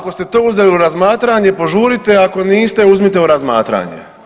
Ako ste to uzeli u razmatranje požurite, a ako niste uzmite u razmatranje.